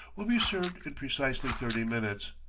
will be served in precisely thirty minutes.